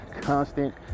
constant